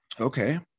okay